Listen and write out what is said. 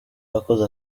bakoze